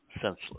senseless